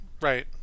right